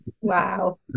Wow